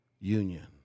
union